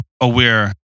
aware